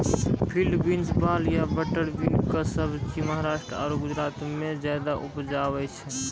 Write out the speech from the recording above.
field beans, वाल या butter bean कॅ सब्जी महाराष्ट्र आरो गुजरात मॅ ज्यादा उपजावे छै